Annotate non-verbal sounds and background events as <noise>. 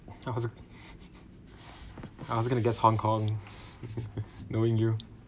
I was <laughs> I was going to guess Hong-Kong <laughs> knowing you